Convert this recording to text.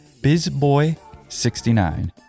bizboy69